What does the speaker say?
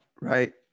right